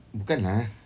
bukan lah